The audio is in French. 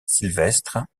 sylvestre